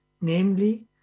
namely